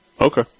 Okay